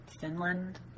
Finland